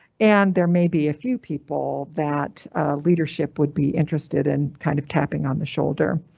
and there may be a few people that leadership would be interested in. kind of tapping on the shoulder.